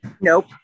Nope